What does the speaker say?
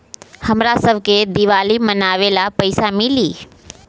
हमरा शव के दिवाली मनावेला पैसा मिली?